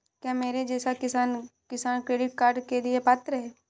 क्या मेरे जैसा किसान किसान क्रेडिट कार्ड के लिए पात्र है?